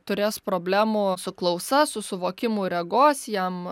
turės problemų su klausa su suvokimu regos jam